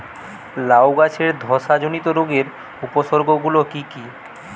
লাউ গাছের ধসা জনিত রোগের উপসর্গ গুলো কি কি?